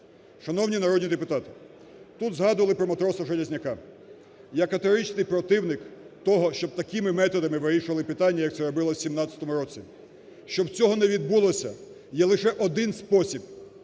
Шановні народні депутати, тут згадували про матроса Железняка. Я – категоричний противник того, щоб такими методами вирішували питання, як це робилось в 17-му році. Щоб цього не відбулося є лише один спосіб,